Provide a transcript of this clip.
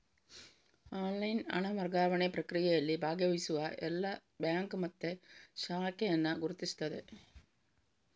online ಹಣ ವರ್ಗಾವಣೆ ಪ್ರಕ್ರಿಯೆಯಲ್ಲಿ ಭಾಗವಹಿಸುವ ಎಲ್ಲಾ ಬ್ಯಾಂಕು ಮತ್ತೆ ಶಾಖೆಯನ್ನ ಗುರುತಿಸ್ತದೆ